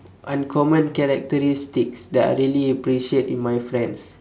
uncommon characteristics that I really appreciate in my friends